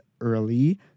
early